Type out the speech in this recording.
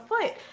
foot